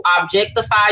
objectify